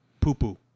poo-poo